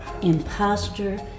imposter